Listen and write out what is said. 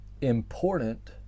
important